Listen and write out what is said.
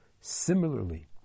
Similarly